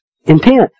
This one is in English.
intent